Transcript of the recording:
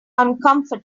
uncomfortable